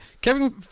Kevin